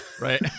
Right